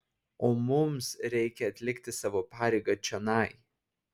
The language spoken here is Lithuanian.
o mums reikia atlikti savo pareigą čionai